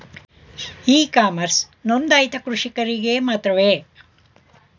E commerce ನೊಂದಾಯಿತ ಕೃಷಿಕರಿಗೆ ಮಾತ್ರವೇ?